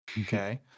okay